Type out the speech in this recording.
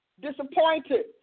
disappointed